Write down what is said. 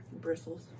bristles